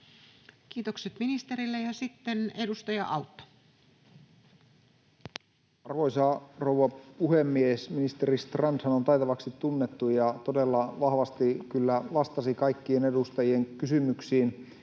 vuodelle 2025 Time: 18:28 Content: Arvoisa rouva puhemies! Ministeri Strandhan on taitavaksi tunnettu ja todella vahvasti kyllä vastasi kaikkien edustajien kysymyksiin.